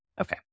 Okay